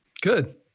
Good